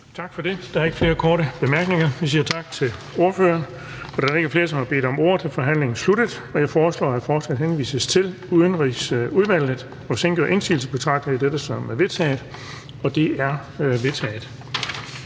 Tak for det. Der er ikke flere korte bemærkninger, så vi siger tak til ordføreren. Da der ikke er flere, som har bedt om ordet, er forhandlingen sluttet. Jeg foreslår, at forslaget til folketingsbeslutning henvises til Udenrigsudvalget. Og hvis ingen gør indsigelse, betragter jeg dette som vedtaget.